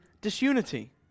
disunity